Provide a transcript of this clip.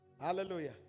Hallelujah